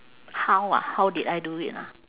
how ah how did I do it ah